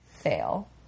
Fail